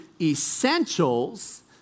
essentials